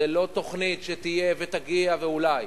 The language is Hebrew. זה לא תוכנית שתהיה ותגיע ואולי.